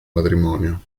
matrimonio